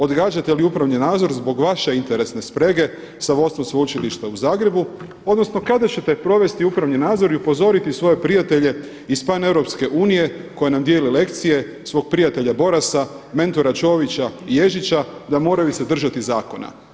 Odgađate li upravni nadzor zbog veše interesne sprege sa vodstvom Sveučilišta u Zagrebu odnosno kada ćete provesti upravni nadzor i upozoriti svoje prijatelje iz pan Europske unije koja nam dijeli lekcije zbog prijatelja Borasa, mentora Čovića i Ježića da moraju se držati zakona?